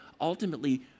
ultimately